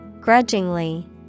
Grudgingly